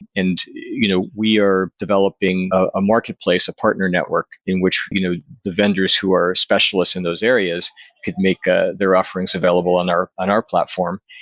and you know we are developing a marketplace, a partner network in which you know the vendors who are specialists in those areas could make ah their offerings available on our on our platform.